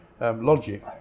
logic